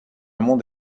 monde